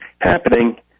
happening